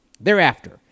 Thereafter